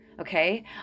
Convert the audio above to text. Okay